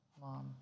Mom